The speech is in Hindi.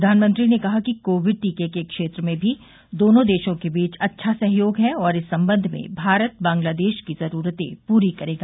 प्रधानमंत्री ने कहा कि कोविड टीके के क्षेत्र में भी दोनों देशों के बीच अच्छा सहयोग है और इस संबंध में भारत बांग्लादेश की जरूरतें पूरी करेगा